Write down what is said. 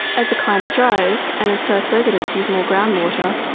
as the climate dries and as perth residents use more groundwater,